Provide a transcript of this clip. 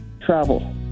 Travel